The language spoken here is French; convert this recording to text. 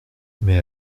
mais